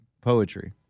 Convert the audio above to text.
poetry